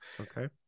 okay